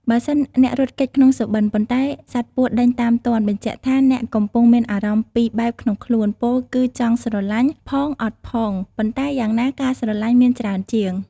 បើសិនអ្នករត់គេចក្នុងសុបិន ប៉ុន្តែសត្វពស់ដេញតាមទាន់ បញ្ជាក់ថា អ្នកកំពុងមានអារម្មណ៍ពីរបែបក្នុងខ្លួន ពោលគឺចង់ស្រលាញ់ ផងអត់ផង ប៉ុន្តែយ៉ាងណាការស្រឡាញ់មានច្រើនជាង។